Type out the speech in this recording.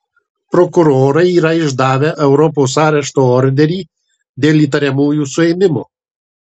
prokurorai yra išdavę europos arešto orderį dėl įtariamųjų suėmimo